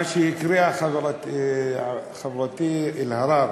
מה שהקריאה חברתי חברת הכנסת אלהרר,